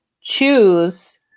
choose